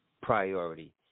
priority